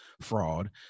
fraud